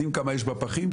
יודעים כמה יש בפחים,